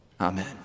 Amen